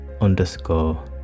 underscore